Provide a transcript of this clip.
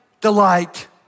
delight